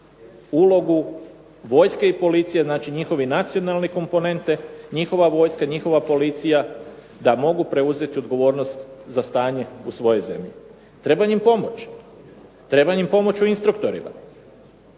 ulogu vojske i policije. Znači njihove nacionalne komponente, njihova vojska i njihova policija, da mogu preuzeti odgovornost za stanje u svojoj zemlji. Treba im pomoći. Treba im pomoći u instruktorima.